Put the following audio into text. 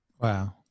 Wow